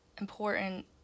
important